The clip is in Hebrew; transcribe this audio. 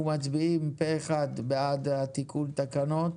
אנחנו מצביעים פה אחד בעד תיקון התקנות.